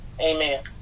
Amen